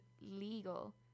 legal